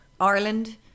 Ireland